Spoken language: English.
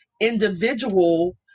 individual